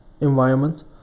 environment